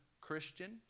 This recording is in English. Christian